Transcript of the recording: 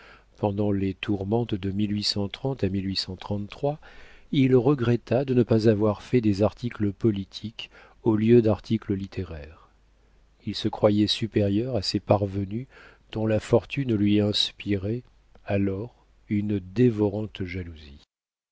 pendant les tourmentes de à il regretta de ne pas avoir fait des articles politiques au lieu d'articles littéraires il se croyait supérieur à ces parvenus dont la fortune lui inspirait alors une dévorante jalousie